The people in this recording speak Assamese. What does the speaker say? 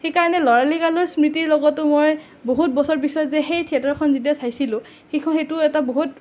সেই কাৰণে ল'ৰালি কালৰ স্মৃতিৰ লগতো মই বহুত বছৰ পাছত যে মই সেই থিয়েটাৰখন যেতিয়া চাইছিলোঁ সেইখন সেইটো এটা বহুত